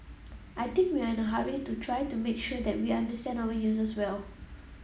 I think we are in a hurry to try to make sure that we understand our users well